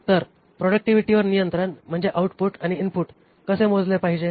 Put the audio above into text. तर प्रॉडक्टिव्हिटीवर नियंत्रण म्हणजे आऊटपुट आणि इनपुट कसे मोजले पाहिजे